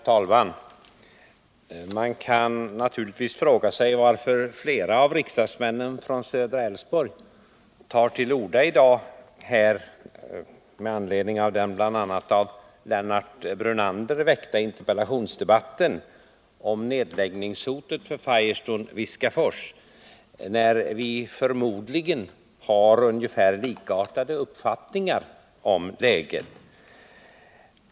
Herr talman! Man kan naturligtvis fråga sig varför flera av riksdagsmännen från Södra Älvsborg tar till orda i dag i den av bl.a. Lennart Brunander väckta interpellationsdebatten om nedläggningshotet för Firestone-Viskafors AB, när vi förmodligen har ungefär likartade uppfattningar om läget.